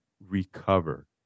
recover